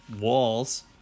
walls